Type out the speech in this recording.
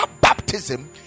baptism